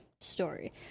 story